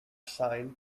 sign